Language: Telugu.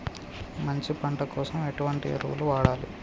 మంచి పంట కోసం ఎటువంటి ఎరువులు వాడాలి?